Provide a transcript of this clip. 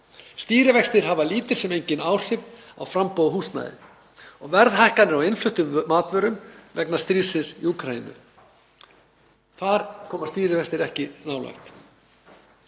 Stýrivextir hafa lítil sem engin áhrif á framboð á húsnæði og verðhækkanir á innfluttum matvörum vegna stríðsins í Úkraínu. Stýrivextir koma ekki nálægt